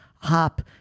hop